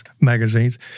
magazines